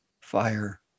fire